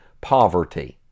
poverty